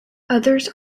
others